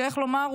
שאיך לומר,